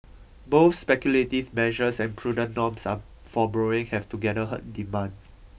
both speculative measures and prudent norms are for borrowing have together hurt demand